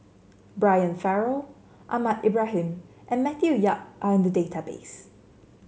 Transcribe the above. Brian Farrell Ahmad Ibrahim and Matthew Yap are in the database